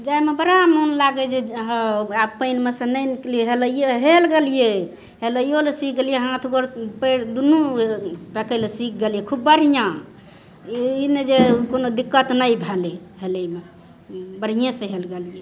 जाइमे बड़ा मोन लागै जे आब पानिमे सँ नहि निकली हेलै हेल गेलियै हेलैयो लए सिख गेलियै हाथ गोर पएर दुनू फेकै लए सिख गेलियै खूब बढ़िऑं ई नहि जे कोनो दिक्कत नहि भेलै हेलैमे बढ़ियेंसँ हेल गेलियै